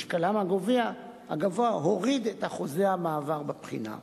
משקלם הגבוה הוריד את אחוזי המעבר בבחינה.